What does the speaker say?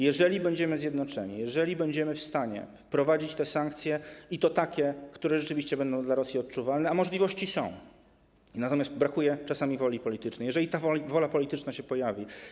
Jeżeli będziemy zjednoczeni, jeżeli będziemy w stanie wprowadzić sankcje, i to takie, które rzeczywiście będą dla Rosji odczuwalne - a możliwości są, natomiast brakuje czasami woli politycznej - jeżeli wola polityczna się pojawi.